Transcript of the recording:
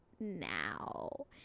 now